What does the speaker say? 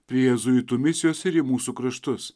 prie jėzuitų misijos ir į mūsų kraštus